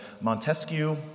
Montesquieu